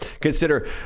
Consider